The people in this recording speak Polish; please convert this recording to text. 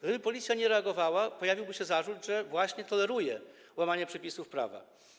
Gdyby policja nie reagowała, pojawiłby się zarzut, że właśnie toleruje łamanie przepisów prawa.